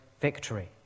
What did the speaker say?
victory